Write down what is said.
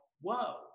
whoa